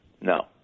No